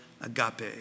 agape